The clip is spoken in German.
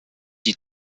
die